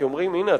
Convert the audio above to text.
כי אומרים: הנה,